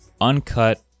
uncut